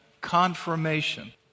confirmation